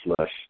flush